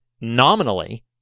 nominally